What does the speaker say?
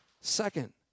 Second